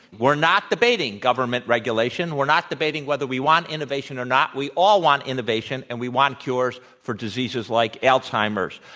we're not debating government regulation. we're not debating whether we want innovation or not. we all want innovation and we want cures for diseases like alzheimer's.